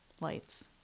lights